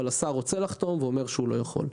השר רוצה לחתום אבל אומר שהוא לא יכול.